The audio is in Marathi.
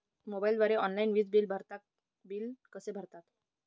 मोबाईलद्वारे ऑनलाईन वीज बिल कसे भरतात?